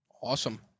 Awesome